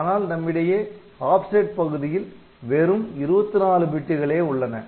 ஆனால் நம்மிடையே ஆப்செட் பகுதியில் வெறும் 24 பிட்டுகளே உள்ளன